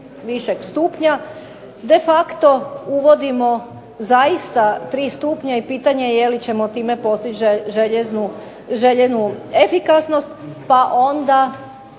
višeg stupnja, de facto uvodimo zaista tri stupnja i pitanje je li ćemo postići željenu efikasnost, pa onda